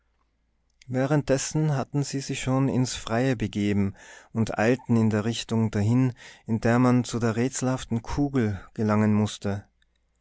währenddessen hatten sie sich schon ins freie begeben und eilten in der richtung dahin in der man zu der rätselhaften kugel gelangen mußte